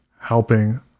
helping